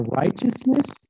righteousness